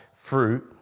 fruit